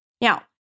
Now